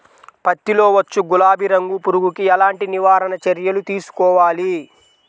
పత్తిలో వచ్చు గులాబీ రంగు పురుగుకి ఎలాంటి నివారణ చర్యలు తీసుకోవాలి?